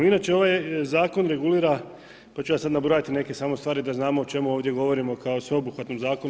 Inače, ovaj Zakon regulira, pa ću ja sad nabrojati neke samo stvari da znamo o čemu ovdje govorimo kao sveobuhvatnom Zakonu.